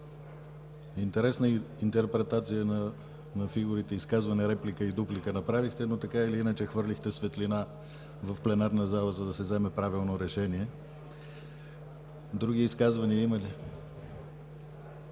Интересна интерпретация на фигурите изказване, реплика и дуплика направихте, но така или иначе хвърлихте светлина в пленарна зала, за да се вземе правилно решение. Други изказвания има ли?